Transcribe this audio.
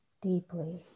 deeply